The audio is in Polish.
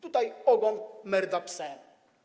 Tutaj ogon merda psem.